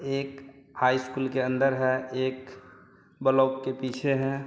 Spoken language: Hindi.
एक हाई स्कुल के अंदर है एक बलोक के पीछे है